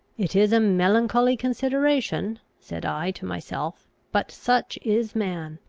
it is a melancholy consideration, said i to myself but such is man!